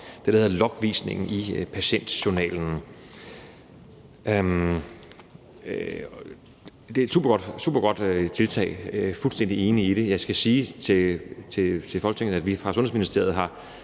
det, der hedder logvisningen, i patientjournalen. Det er et supergodt tiltag – jeg er fuldstændig enig i det. Jeg skal sige til Folketinget, at vi fra Sundhedsministeriets